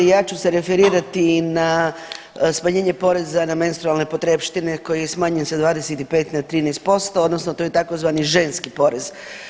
Ja ću se referirati na smanjenje poreza na menstrualne potrepštine koje smanjuje sa 25 na 13%, odnosno to je tzv. ženski porez.